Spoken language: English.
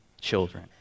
children